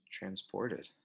Transported